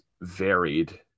varied